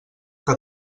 que